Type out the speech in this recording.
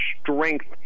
strength